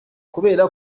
kubera